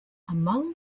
among